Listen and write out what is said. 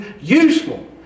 useful